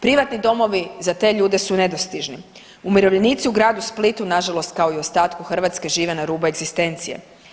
Privatni domovi za te ljude su nedostižni, umirovljenici u gradu Splitu nažalost kao i ostatku Hrvatske žive na rubu egzistencije.